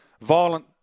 violent